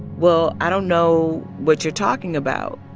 well, i don't know what you're talking about.